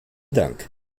dank